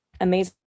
amazing